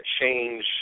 change